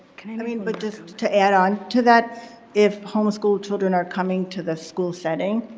can i i mean, but just to add on to that. if home-schooled children are coming to the school setting,